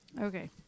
Okay